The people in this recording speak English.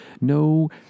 no